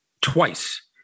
twice